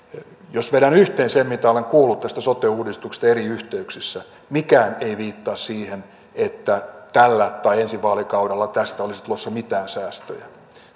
jos vedän yhteen sen mitä olen kuullut tästä sote uudistuksesta eri yhteyksissä mikään ei viittaa siihen että tällä tai ensi vaalikaudella tästä olisi tulossa mitään säästöjä